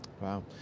Wow